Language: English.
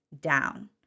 Down